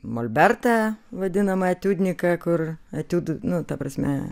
molbertą vadinamąjį etiudniką kur etiudų nu ta prasme